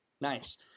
Nice